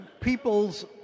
people's